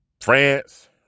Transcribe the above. france